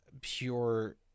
pure